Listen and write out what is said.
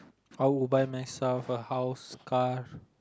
I would buy myself a house car